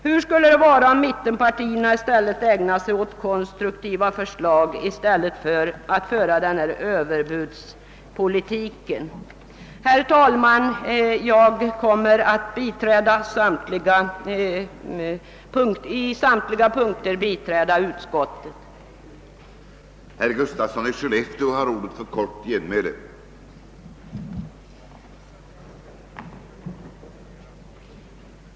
Hur skullé det vara om mittenpartierna ägnade sig åt konstruktiva förslag i stället för att föra denna överbudspolitik? | Herr talman! Jag kommer 'ått under samtliga punkter biträda utskottets hemställan.